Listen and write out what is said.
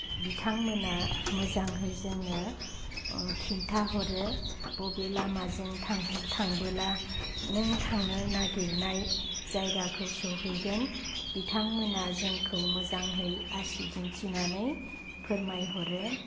बिथांमोनहा मोजाङै जोंनो खिन्था हरो बबे लामाजों थांहो थांबोला नों थांनो नागिरनाय जायगाखौ सौहैगोन बिथांमोनहा जोंखौ मोजाङै आसि दिन्थिनानै फोरमायहरो